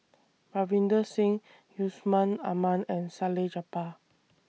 Ravinder Singh Yusman Aman and Salleh Japar